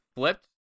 Flipped